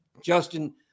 Justin